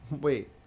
Wait